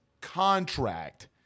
contract